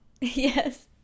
yes